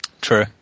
True